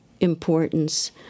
importance